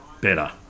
better